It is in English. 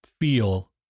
feel